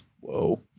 Whoa